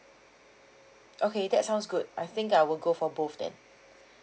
okay that sounds good I think I will go for both then